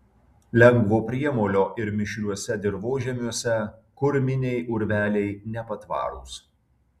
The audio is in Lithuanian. lengvo priemolio ir mišriuose dirvožemiuose kurminiai urveliai nepatvarūs